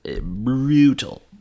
brutal